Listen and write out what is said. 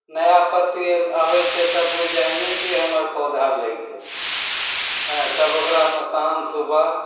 नया पत्ती आबै छै तऽ बुझि जाहि हइ जे कि हमर पौधा लैग गेलै हँ तब ओकरामे शाम सुबह